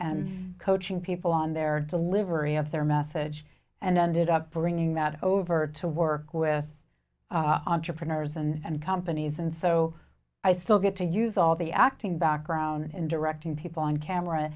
and coaching people on their delivery of their message and ended up bringing that over to work with entrepreneurs and companies and so i still get to use all the acting background in directing people on camera